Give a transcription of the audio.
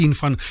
van